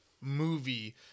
movie